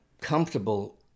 comfortable